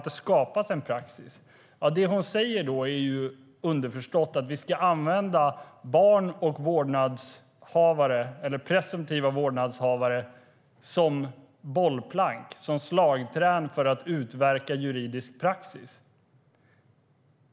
Det hon då säger är, underförstått, att vi ska använda barn och presumtiva vårdnadshavare som bollplank, som slagträn för att utverka juridisk praxis.